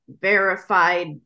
verified